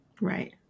Right